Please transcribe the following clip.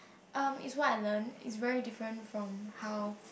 um is what I learn is very different from how